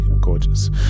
gorgeous